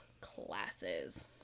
classes